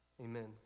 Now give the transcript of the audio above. Amen